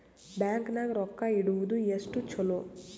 Bank ನಾಗ ರೊಕ್ಕ ಇಡುವುದು ಎಷ್ಟು ಚಲೋ?